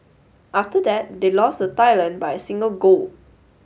after that they lost Thailand by a single goal